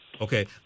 Okay